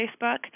Facebook